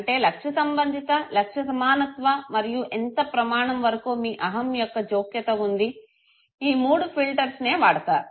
అంటే లక్ష్య సంబంధిత లక్ష్య సమానత్వ మరియు ఎంత ప్రమాణం వరుకు మీ అహం యొక్క జోక్యతఉంది ఈ మూడు ఫిల్టర్స్ నే వాడతారు